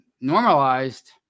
normalized